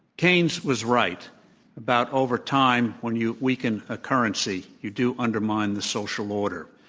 keynes was right about over time when you weaken a currency you do undermine the social order.